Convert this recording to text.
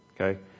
Okay